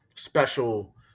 special